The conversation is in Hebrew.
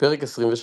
פרק 23